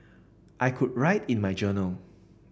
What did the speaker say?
I could write in my journal